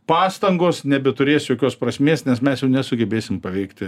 pastangos nebeturės jokios prasmės nes mes jau nesugebėsim paveikti